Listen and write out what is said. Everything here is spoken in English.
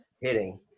hitting